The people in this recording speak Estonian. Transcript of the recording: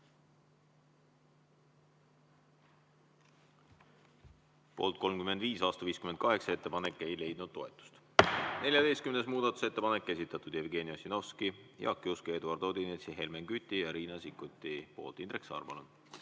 Poolt 35, vastu 58. Ettepanek ei leidnud toetust. 14. muudatusettepanek, esitanud Jevgeni Ossinovski, Jaak Juske, Eduard Odinets, Helmen Kütt ja Riina Sikkut. Indrek Saar,